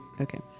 Okay